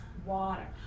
water